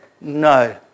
no